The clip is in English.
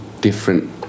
different